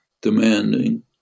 demanding